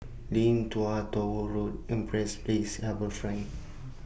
Lim Tua Tow Road Empress Place and HarbourFront